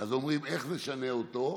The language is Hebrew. אז אומרים: איך נשנה אותו?